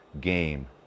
game